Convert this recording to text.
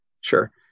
Sure